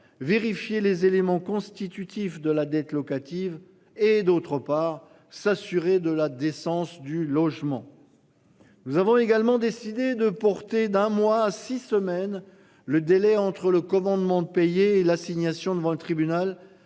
vérifier les éléments constitutifs de la dette locative et d'autre part, s'assurer de la décence du logement. Nous avons également décidé de porter d'un mois, six semaines, le délai entre le commandement de payer l'assignation devant le tribunal